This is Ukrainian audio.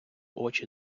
очі